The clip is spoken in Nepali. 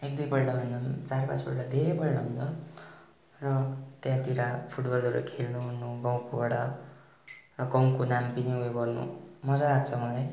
एक दुईपल्ट भन्दा चार पाँचपल्ट धेरैपल्ट हुन्छ र त्यहाँतिर फुटबलहरू खेल्नु ओर्नु गाउँकोबाट र गाउँको नाम पनि ऊ यो गर्नु मजा लाग्छ मलाई